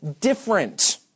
different